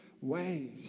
ways